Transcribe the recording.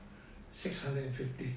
six hundred and fifty